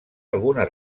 algunes